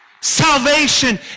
salvation